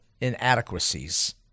inadequacies